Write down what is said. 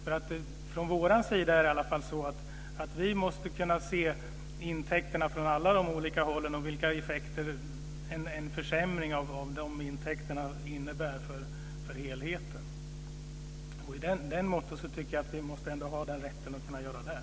Vi måste i varje fall från vår sida kunna se till intäkterna från alla olika håll och till vilka följder som försämringar får för helheten. Jag tycker att vi måste ha rätt att göra det.